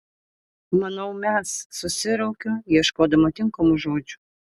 manau mes susiraukiu ieškodama tinkamų žodžių